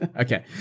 Okay